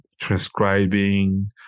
transcribing